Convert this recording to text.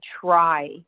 try